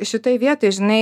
šitoj vietoj žinai